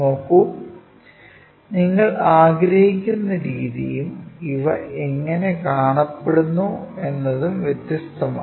നോക്കൂ നിങ്ങൾ ആഗ്രഹിക്കുന്ന രീതിയും ഇവ എങ്ങനെ കാണപ്പെടുന്നു എന്നതും വ്യത്യസ്തമാണ്